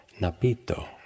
Napito